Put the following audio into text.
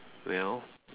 well